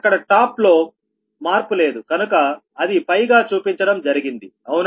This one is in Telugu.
అక్కడ టాప్ లో మార్పు లేదు కనుక అది గా చూపించడం జరిగింది అవునా